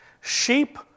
Sheep